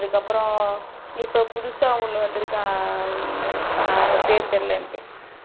அதுக்கப்புறம் இப்போ புதுசாக ஒன்று வந்துருக்குது அது பெயர் தெரில எனக்கு